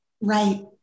Right